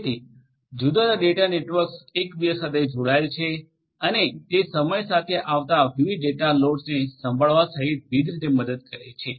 જેથી જુદા જુદા ડેટા સેન્ટર્સ એક બીજાથી જોડાયેલ છે અને તે સમય સાથે આવતા વિવિધ ડેટા બોજોને સંભાળવા સહિત વિવિધ રીતે મદદ કરે છે